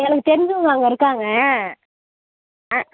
எனக்கு தெரிஞ்சவங்க அங்கே இருக்காங்க